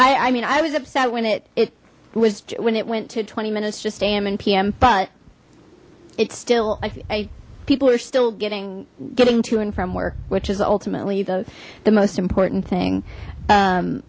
i i mean i is upset when it it was when it went to twenty minutes just am and pm but it's still i people are still getting getting to and from work which is ultimately the the most important thing